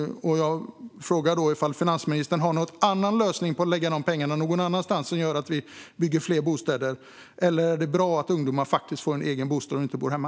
Har finansministern någon annan lösning så att pengarna kan läggas någon annanstans, vilket gör att fler bostäder kan byggas? Är det bra att ungdomar får en egen bostad och inte bor hemma?